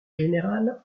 générale